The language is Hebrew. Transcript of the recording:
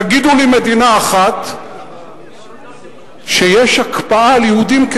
תגידו לי מדינה אחת שיש בה הקפאה על יהודים,